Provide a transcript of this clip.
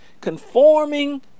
conforming